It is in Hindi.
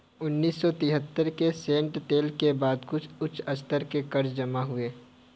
उन्नीस सौ तिहत्तर के तेल संकट के बाद कुछ उच्च स्तर के कर्ज जमा हुए